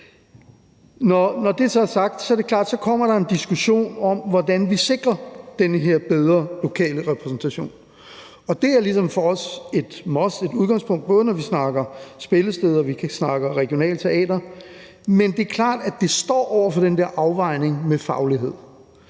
er det klart, at der kommer en diskussion om, hvordan vi sikrer den her bedre lokale repræsentation. Og det er ligesom for os et must og et udgangspunkt, både når vi snakker spillesteder, og når vi snakker regionale teatre. Men det er klart, at det står over for den der afvejning omkring faglighed